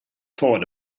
thought